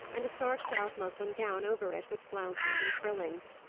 and a starched-out muslin gown over it, with flounces and frillings,